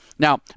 Now